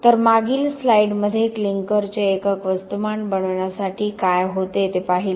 तर मागील स्लाईडमध्ये क्लिंकरचे एकक वस्तुमान बनवण्यासाठी काय होते ते पाहिले